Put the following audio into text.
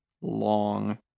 long